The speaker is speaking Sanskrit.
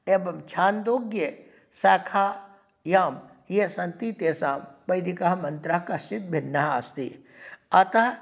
एवं छान्दोग्ये शाखायां ये सन्ति तेषां वैदिकाः मन्त्राः कश्चित् भिन्नः अस्ति अतः